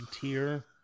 tier